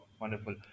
wonderful